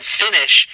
finish